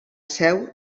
seu